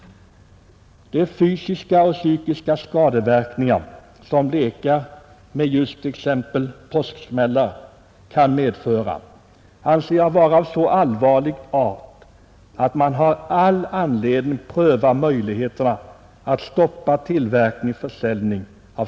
De fysiska och psykiska skadeverkningar som lekar med just t.ex. påsksmällar kan medföra anser jag vara av så allvarlig art att man har all anledning att pröva möjligheterna att stoppa deras tillverkning och försäljning.